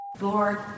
Lord